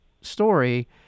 story